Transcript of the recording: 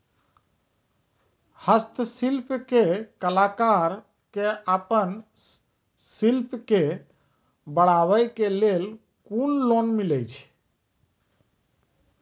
हस्तशिल्प के कलाकार कऽ आपन शिल्प के बढ़ावे के लेल कुन लोन मिलै छै?